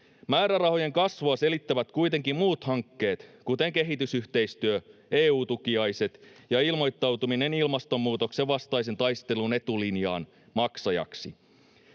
Määrärahojen kasvua selittävät kuitenkin muut hankkeet, kuten kehitysyhteistyö, EU-tukiaiset ja ilmoittautuminen maksajaksi ilmastonmuutoksen vastaisen taistelun etulinjaan.